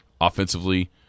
Offensively